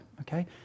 Okay